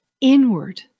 inward